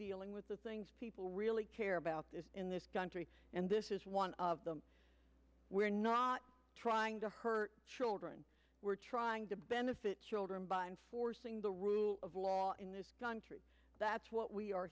dealing with the things people really care about in this country and this is one of them we're not trying to hurt children we're trying to benefit children by enforcing the rule of law in this country that's what we are